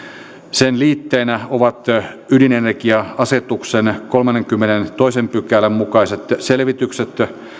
sen liitteenä ovat ydinenergia asetuksen kolmannenkymmenennentoisen pykälän mukaiset selvitykset